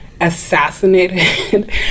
assassinated